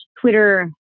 Twitter